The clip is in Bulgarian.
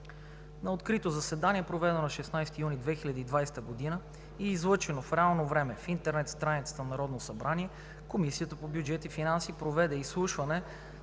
На открито заседание, проведено на 16 юли 2020 г. и излъчено в реално време в интернет страницата на Народното събрание, Комисията по бюджет и финанси проведе изслушване на